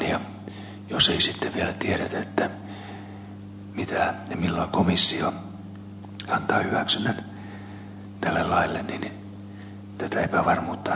ja jos ei sitten vielä tiedetä antaako komissio hyväksynnän tälle laille ja milloin niin tätä epävarmuuttahan voi kestää hyvinkin pitkään